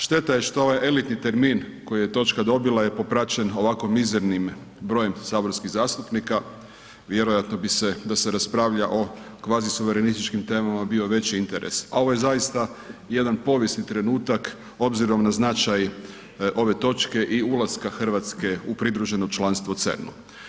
Šteta je što ovaj elitni termin koji je točka dobila je popraćen ovako mizernim brojem saborskih zastupnika, vjerojatno bi se da se raspravlja o kvazi suverenističkim temama bio veći interes a ovo je zaista jedan povijesni trenutak obzirom na značaj ove točke i ulaska Hrvatske u pridruženo članstvo u CERN-u.